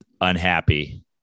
unhappy